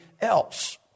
else